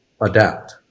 adapt